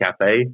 cafe